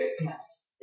Yes